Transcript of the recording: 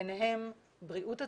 ביניהם בריאות הציבור,